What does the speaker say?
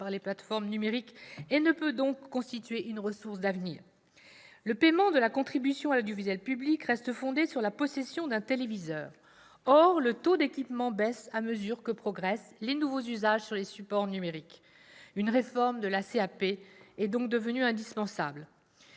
par les plateformes numériques et ne peut donc constituer une ressource d'avenir. Le paiement de la contribution à l'audiovisuel public, la CAP, reste fondé sur la possession d'un téléviseur. Or le taux d'équipement baisse à mesure que progressent les nouveaux usages sur les supports numériques. Une réforme de la CAP est donc devenue indispensable.